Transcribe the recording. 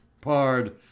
pard